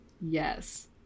Yes